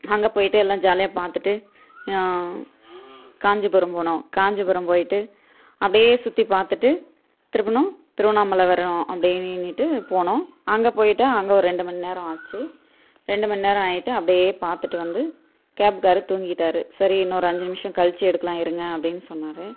அங்கே போய்விட்டு எல்லாம் ஜாலியாக பார்த்துட்டு காஞ்சிபுரம் போனோம் காஞ்சிபுரம் போய்விட்டு அப்படியே சுற்றி பார்த்துட்டு திருப்பினோம் திருவண்ணாமலை வரணும் அப்படினினுட்டு போனோம் அங்கே போய்விட்டு அங்கே ஒரு ரெண்டு மணி நேரம் ஆச்சு ரெண்டு மணி நேரம் ஆகிட்டு அப்படியே பார்த்துட்டு வந்து கேப்காரரு தூங்கிக்கிட்டார் சரி இன்னொரு அஞ்சு நிமிஷம் கழிச்சு எடுக்கலாம் இருங்க அப்படின்னு சொன்னார்